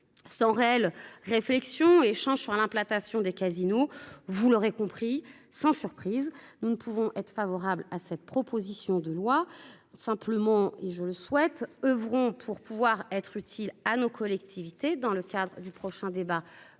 Sans réelle réflexion change sur l'implantation des casinos, vous l'aurez compris. Sans surprise, nous ne pouvons être favorable à cette proposition de loi simplement et je le souhaite oeuvrons pour pouvoir être utile à nos collectivités dans le cadre du prochain débat budgétaire